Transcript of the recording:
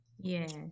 Yes